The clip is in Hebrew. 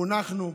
חונכנו,